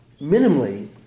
minimally